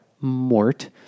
Mort